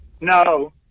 No